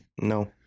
No